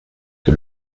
que